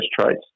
traits